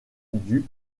dut